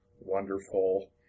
wonderful